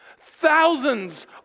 thousands